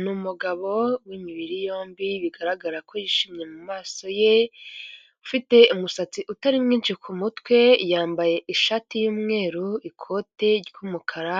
Ni umugabo w'imibiri yombi bigaragara ko yishimye mumaso ye, ufite umusatsi utari mwinshi kumutwe yambaye ishati y'umweru ikote ry'umukara